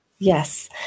Yes